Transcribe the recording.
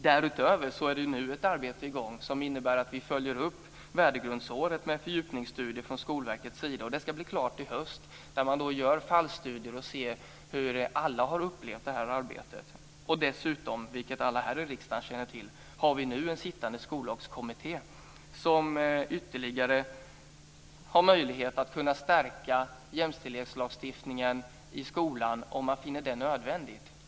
Därutöver är det nu ett arbete i gång som innebär att vi följer upp värdegrundsåret med en fördjupningsstudie från Skolverket. Det ska bli klart i höst. Man gör fallstudier och ser hur alla har upplevt arbetet. Dessutom har vi, vilket alla här känner till, en sittande skollagskommitté som har möjlighet att ytterligare stärka jämställdhetslagstiftningen i skolan om man finner det nödvändigt.